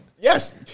Yes